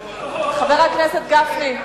חבר הכנסת גפני.